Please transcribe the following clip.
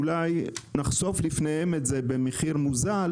אולי נחשוף בפניהם את זה במחיר מוזל